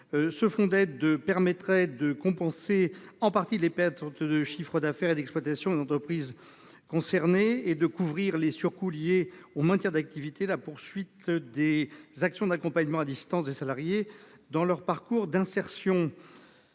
de ce secteur permettrait de compenser partiellement les pertes de chiffre d'affaires et d'exploitation des entreprises concernées et de couvrir les surcoûts liés au maintien d'activité et à la poursuite des actions d'accompagnement à distance des salariés en parcours d'insertion.